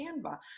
Canva